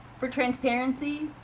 for transparency,